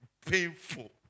painful